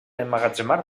emmagatzemar